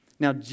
Now